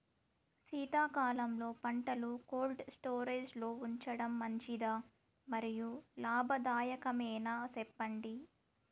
శీతాకాలంలో పంటలు cold storage లో ఉంచడం మంచిదా? మరియు లాభదాయకమేనా, సెప్పండి